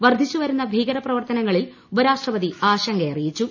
വർദ്ധിച്ചു വരുന്ന ഭീകരപ്രവർത്തനങ്ങളിൽ ഉപരാഷ്ട്രപതി ആശങ്ക അറിയിച്ചു